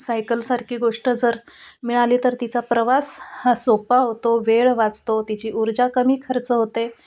सायकलसारखी गोष्ट जर मिळाली तर तिचा प्रवास हा सोपा होतो वेळ वाचतो तिची ऊर्जा कमी खर्च होते